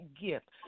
gift